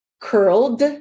Curled